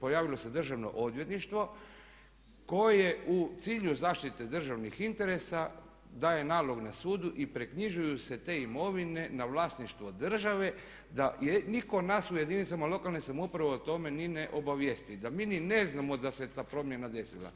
pojavilo se Državno odvjetništvo koje u cilju zaštite državnih interesa daje nalog na sudu i preknjižuju se te imovine na vlasništvo države da nitko nas u jedinicama lokalne samouprave o tome ni ne obavijesti, da mi ni ne znamo da se ta promjena desila.